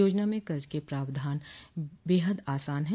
योजना में कर्ज के प्रावधान बेहद आसान है